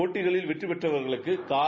போட்டிகளில் வெற்றி பெற்றவர்களுக்கு கார்